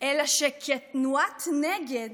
אלא שכתנועת נגד,